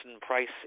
Price